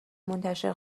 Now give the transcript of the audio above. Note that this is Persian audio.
منتشر